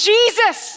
Jesus